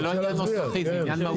זה לא עניין נוסחי, זה עניין מהותי.